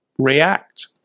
react